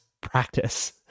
practice